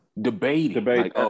Debating